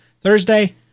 Thursday